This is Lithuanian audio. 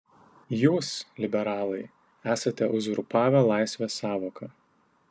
jūs liberalai esate uzurpavę laisvės sąvoką